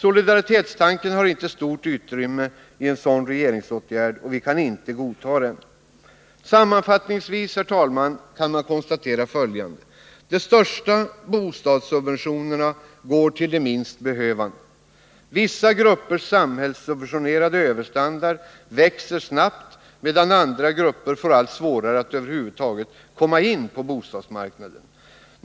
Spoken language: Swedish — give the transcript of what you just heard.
Solidaritetstanken har inte stort utrymme i en sådan regeringsåtgärd, och vi kan inte godta den. Sammanfattningsvis, herr talman, kan man konstatera följande: De största bostadssubventionerna går till de minst behövande. Vissa gruppers samhällssubventionerade överstandard växer snabbt, medan andra grupper får allt svårare att över huvud taget komma in på bostadsmarknaden.